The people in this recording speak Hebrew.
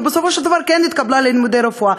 ובסופו של דבר כן התקבלה ללימודי רפואה,